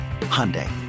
Hyundai